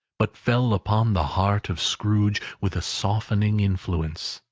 but fell upon the heart of scrooge with a softening influence,